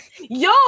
Yo